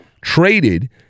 traded